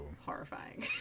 horrifying